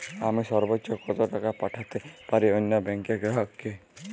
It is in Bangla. আমি সর্বোচ্চ কতো টাকা পাঠাতে পারি অন্য ব্যাংকের গ্রাহক কে?